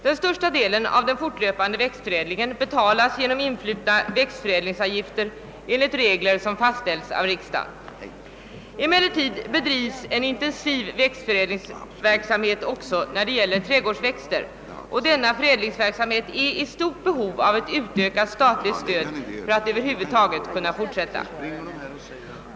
Den största delen av den fortlöpande växtförädlingen betalas genom influtna växtförädlingsavgifter enligt regler som fastställs av riksdagen. Emellertid bedrives en intensiv växtförädlingsverksamhet också när det gäller trädgårdsväxternas område, och den verksamheten är i stort behov av ett utökat statligt stöd för att över huvud taget kunna fortsätta.